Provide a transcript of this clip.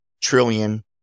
trillion